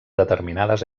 determinades